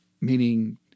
meaning